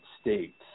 States